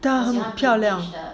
它很漂亮